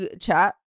chat